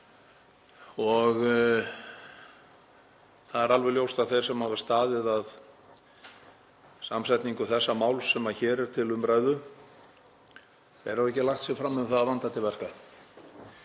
Það er alveg ljóst að þeir sem hafa staðið að samsetningu þessa máls sem hér er til umræðu hafa ekki lagt sig fram um að vanda til verka,